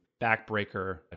backbreaker